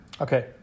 Okay